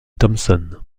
thompson